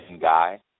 guy